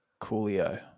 Coolio